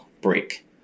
break